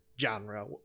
genre